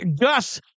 Gus